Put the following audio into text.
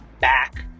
back